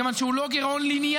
כיוון שהוא לא גירעון לינארי,